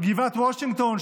"גבעת וושינגטון",